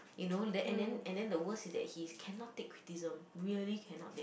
you know l~ and then and then the worst is that he cannot take criticism really cannot take